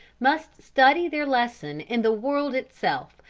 must study their lesson in the world itself,